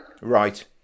Right